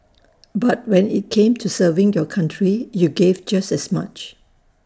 but when IT came to serving your country you gave just as much